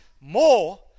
more